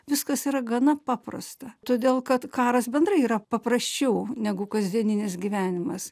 viskas yra gana paprasta todėl kad karas bendrai yra paprasčiau negu kasdieninis gyvenimas